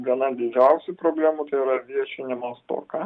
gana didžiausių problemų tai yra viršinimo stoka